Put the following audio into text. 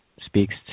speaks